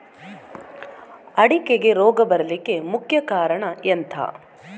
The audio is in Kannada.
ಅಡಿಕೆಗೆ ರೋಗ ಬರ್ಲಿಕ್ಕೆ ಮುಖ್ಯ ಕಾರಣ ಎಂಥ?